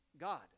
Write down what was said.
God